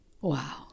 Wow